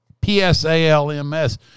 P-S-A-L-M-S